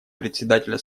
председателя